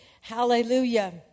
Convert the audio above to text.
Hallelujah